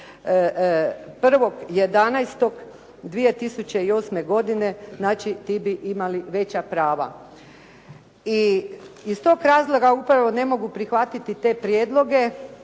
1. 1.. 2008. znači ti bi imali veća prava. I iz toga razloga upravo ne mogu prihvatiti te prijedloge.